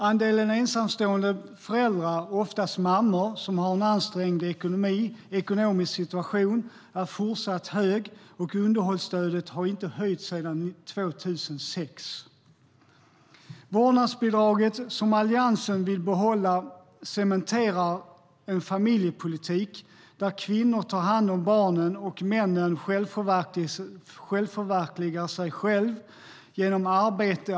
Andelen ensamstående föräldrar, oftast mammor, som har en ansträngd ekonomisk situation är fortsatt hög, och underhållsstödet har inte höjts sedan 2006.Vårdnadsbidraget som Alliansen vill behålla cementerar en familjepolitik där kvinnor tar hand om barnen och männen förverkligar sig själva genom arbete.